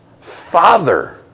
Father